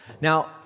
Now